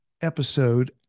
episode